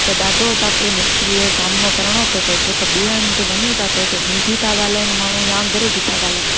त ॾाढो असांखे मुश्किल जो सामिनो करिणो थो पए छो त ॿिए हंधि वञूं था त हुते हिंदी था ॻाल्हाइनि माण्हू या अंग्रेजी था ॻाल्हाए